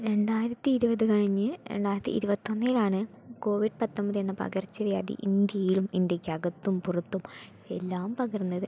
രണ്ടായിരത്തി ഇരുപത് കഴിഞ്ഞ് രണ്ടായിരത്തി ഇരുപത്തൊന്നിലാണ് കോവിഡ് പത്തൊമ്പത് എന്ന പകർച്ച വ്യാധി ഇന്ത്യയിലും ഇന്ത്യയ്ക്കകത്തും പുറത്തും എല്ലാം പകർന്നത്